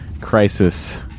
Crisis